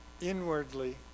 inwardly